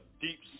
deep